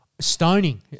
Stoning